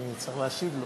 אני צריך להשיב.